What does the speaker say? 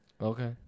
okay